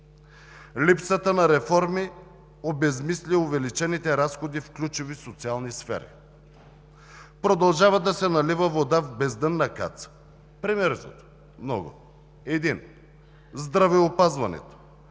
Липсата на реформи обезсмисля увеличените разходи в ключови социални сфери. Продължава да се налива вода в бездънна каца – примерите са много. Един – здравеопазването.